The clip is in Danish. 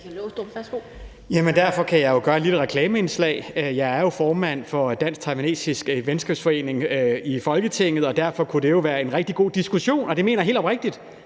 Derfor kan jeg komme med et lille reklameindslag: Jeg er jo formand for den dansk-taiwanske venskabsforening i Folketinget, og derfor kunne det være en rigtig god diskussion, og det mener jeg helt oprigtigt.